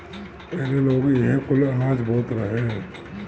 पहिले लोग इहे कुल अनाज बोअत रहे